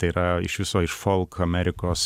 tai yra iš viso iš folk amerikos